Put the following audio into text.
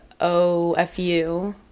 OFU